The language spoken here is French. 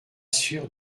sûr